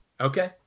Okay